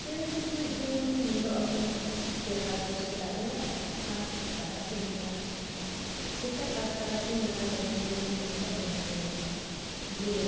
ᱪᱮᱬᱮ ᱪᱤᱯᱨᱩᱡ ᱫᱚ ᱧᱮᱞᱚᱜ ᱟᱠᱚ ᱪᱮᱦᱨᱟ ᱫᱚ ᱥᱮᱛᱟᱜ ᱵᱮᱲᱟ ᱟᱨ ᱛᱟᱨᱟᱥᱤᱧ ᱵᱮᱲᱟ ᱥᱮᱛᱟᱜ ᱟᱨ ᱛᱟᱨᱟᱥᱤᱧ ᱵᱮᱲᱟ ᱫᱚ ᱧᱮᱞ ᱡᱚᱝ ᱚᱱᱠᱟ ᱪᱮᱨᱦᱟ ᱠᱚ ᱧᱮᱞᱚᱜᱼᱟ ᱡᱮ